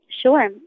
Sure